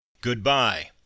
Goodbye